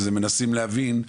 אז הם מנסים להבין,